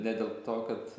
ne dėl to kad